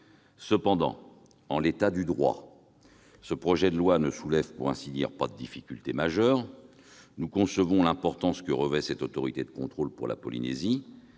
Cependant, en l'état du droit, ce projet de loi ne soulève, pour ainsi dire, pas de difficulté majeure. Nous concevons l'importance que revêt cette autorité de contrôle pour la Polynésie